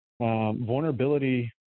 vulnerability